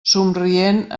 somrient